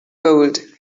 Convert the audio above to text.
gold